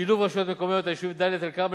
2. שילוב רשויות מקומיות: היישובים דאלית-אל-כרמל